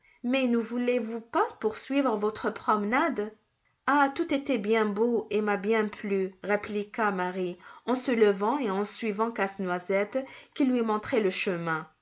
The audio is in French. mais ne voulez-vous pas poursuivre votre promenade ah tout était bien beau et m'a bien plu répliqua marie en se levant et en suivant casse-noisette qui lui montrait le chemin